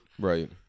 right